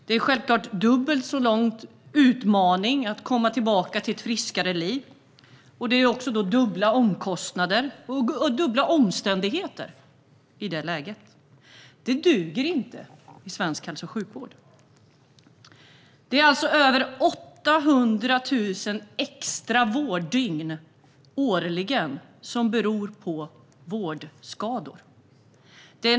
Det är självklart en dubbelt så stor utmaning att komma tillbaka till ett friskare liv, och det är också dubbla omkostnader och dubbla omständligheter i det läget. Det duger inte i svensk hälso och sjukvård. Det är alltså över 800 000 extra vårddygn årligen som beror på vårdskador.